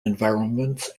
environments